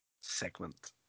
segment